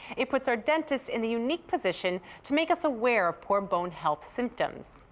it puts our dentist in the unique position to make us aware of poor bone health symptoms.